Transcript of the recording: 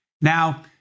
Now